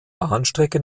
bahnstrecke